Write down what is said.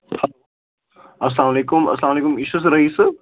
اَسلام علیکُم اسلام علیکُم یہِ چھُ حظ رَٮٔیٖس صٲب